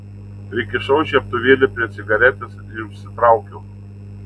prikišau žiebtuvėlį prie cigaretės ir užsitraukiau